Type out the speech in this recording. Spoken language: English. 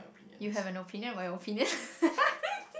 you have an opinion on your opinion